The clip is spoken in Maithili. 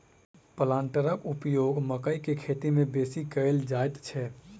प्लांटरक उपयोग मकइ के खेती मे बेसी कयल जाइत छै